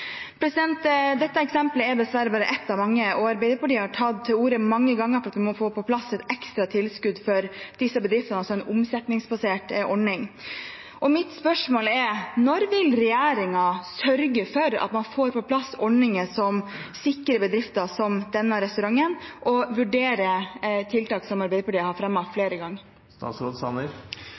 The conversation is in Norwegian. Dette eksemplet er dessverre bare ett av mange, og Arbeiderpartiet har mange ganger tatt til orde for at man må få på plass et ekstra tilskudd for disse bedriftene, altså en omsetningsbasert ordning. Mitt spørsmål er: Når vil regjeringen sørge for at man får på plass ordninger som sikrer bedrifter som denne restauranten, og vurdere tiltak som Arbeiderpartiet har fremmet flere ganger?